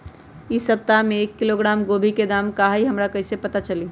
इ सप्ताह में एक किलोग्राम गोभी के दाम का हई हमरा कईसे पता चली?